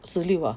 十六啊